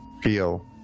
feel